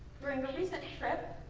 during but a recent trip,